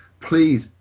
Please